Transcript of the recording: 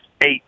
eight